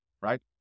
right